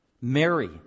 Mary